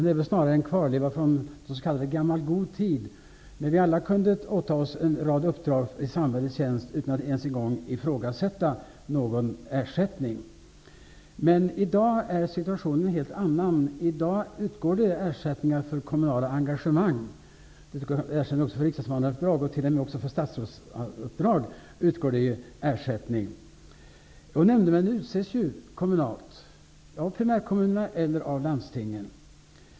Det är snarare en klarleva från den s.k. gamla goda tiden, när vi alla kunde åta oss en rad uppdrag i samhällets tjänst utan att ens en gång ifrågasätta någon ersättning. Men i dag är situationen en helt annan. I dag utgår ersättning för kommunala engagemang. Det utgår ersättning också för riksdagsmannauppdrag och statsrådsuppdrag. Nämndemännen utses kommunalt, av primärkommunerna eller av landstingen.